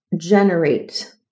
generate